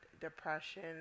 depression